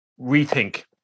rethink